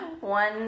one